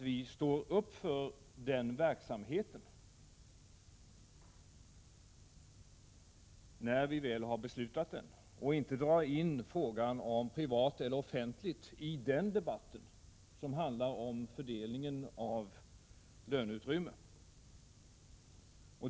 Då skall vi inte dra in frågan om privat eller offentligt i den debatten, som ju handlar om fördelningen av löneutrymmet.